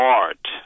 art